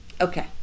Okay